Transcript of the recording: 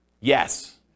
Yes